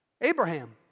Abraham